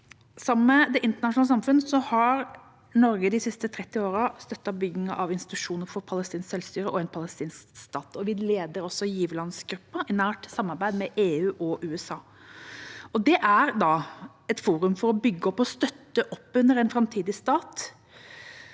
Sammen med det internasjonale samfunnet har Norge de siste 30 årene støttet byggingen av institusjoner for palestinsk selvstyre og en palestinsk stat. Vi leder også giverlandsgruppa i nært samarbeid med EU og USA. Det er et forum for å bygge opp og støtte opp under en framtidig stat,